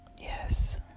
Yes